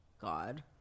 god